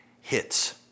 hits